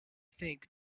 think